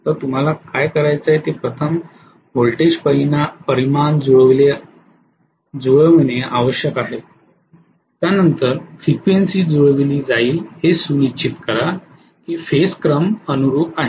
तर तुम्हाला काय करायचे आहे ते म्हणजे प्रथम व्होल्टेज परिमाण जुळविणे आवश्यक आहे त्यानंतर फ्रिक्वेन्सी जुळविली जाईल हे सुनिश्चित करा की फेज क्रम अनुरुप आहे